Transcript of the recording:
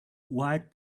white